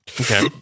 Okay